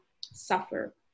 suffer